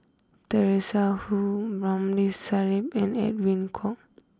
Teresa Hsu Ramli Sarip and Edwin Koek